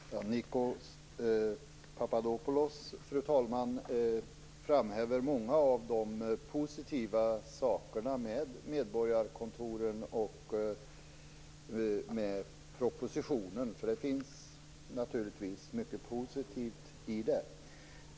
Fru talman! Nikos Papadopoulos framhäver många av de positiva sakerna med medborgarkontoren och propositionen. Det finns naturligtvis mycket positivt i det här.